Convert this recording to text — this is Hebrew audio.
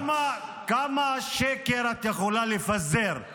כמה שקר את יכולה לפזר?